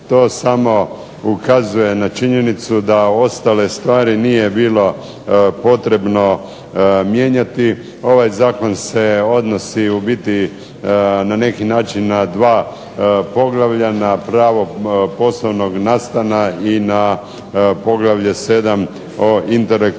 to samo ukazuje na činjenicu da ostale stvari nije bilo potrebno mijenjati. Ovaj zakon se odnosi u biti na neki način na dva poglavlja, na pravo poslovnog nastana i na poglavlje 7. o intelektualnom